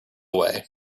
way